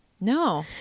no